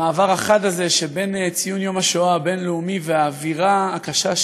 המעבר החד הזה שבין ציון יום השואה הבין-לאומי והאווירה הקשה,